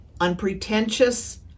unpretentious